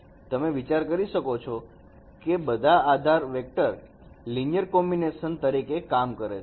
તમે વિચાર કરી શકો છો તે બધા આધાર વેક્ટર લિનિયર કોમ્બિનેશન તરીકે કામ કરે છે